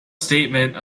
statement